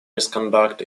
misconduct